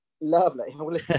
Lovely